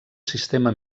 sistema